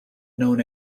known